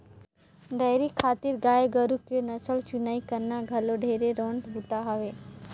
dairy खातिर गाय गोरु के नसल चुनई करना घलो ढेरे रोंट बूता हवे